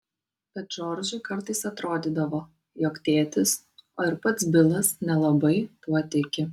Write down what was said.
bet džordžui kartais atrodydavo jog tėtis o ir pats bilas nelabai tuo tiki